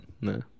no